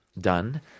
done